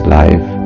life